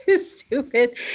stupid